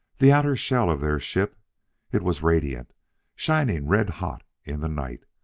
the outer shell of their ship it was radiant shining red-hot in the night.